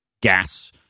gas